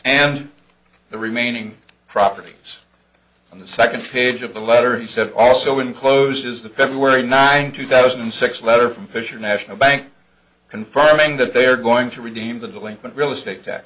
and the remaining properties on the second page of the letter he said also enclosed is the february ninth two thousand and six letter from fisher national bank confirming that they are going to redeem the delinquent real est